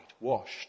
washed